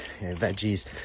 veggies